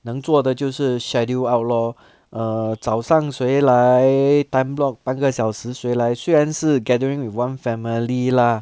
能做的就是 schedule out lor err 早上谁来 time block 半个小时谁来虽然是 gathering with one family lah